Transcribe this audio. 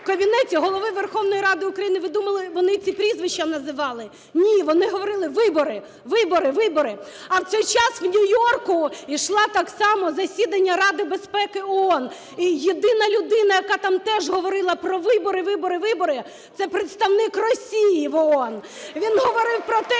в кабінеті Голови Верховної Ради України, ви думаєте, вони ці прізвища називали? Ні, вони говорили: вибори, вибори, вибори. А в цей час в Нью-Йорку йшло так само засідання Ради безпеки ООН, і єдина людина, яка там теж говорила про вибори, вибори, вибори, це представник Росії в ООН. Він говорив про те,